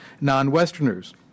non-Westerners